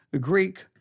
Greek